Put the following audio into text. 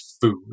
food